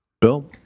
Bill